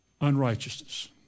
unrighteousness